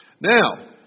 Now